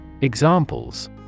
Examples